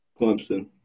Clemson